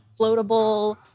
floatable